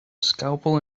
scalpel